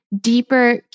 deeper